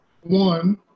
One